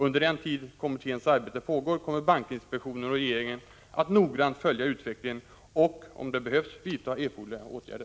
Under den tid kommitténs arbete pågår kommer bankinspektionen och regeringen att noggrant följa utvecklingen och, om det behövs, vidta erforderliga åtgärder.